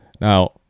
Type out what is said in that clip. now